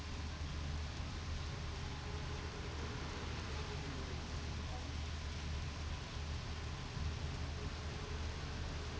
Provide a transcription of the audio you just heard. S>